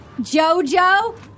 Jojo